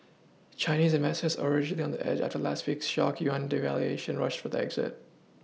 Chinese investors already on the edge after last week's shock yuan devaluation rushed for the exit